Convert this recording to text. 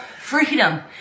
freedom